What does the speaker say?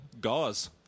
Gauze